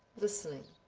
listening.